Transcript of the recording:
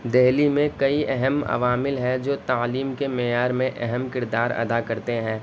دہلی میں کئی اہم عوامل ہیں جو تعلیم کے معیار میں اہم کردار ادا کرتے ہیں